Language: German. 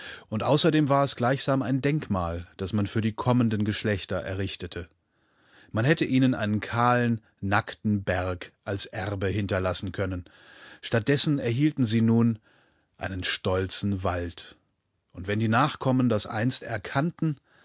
und außerdem war es gleichsam ein denkmal das man für die kommenden geschlechtererrichtete manhätteihneneinenkahlen nacktenbergalserbe hinterlassen können statt dessen erhielten sie nun einen stolzen wald und wenn die nachkommen das einst erkannten